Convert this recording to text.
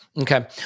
Okay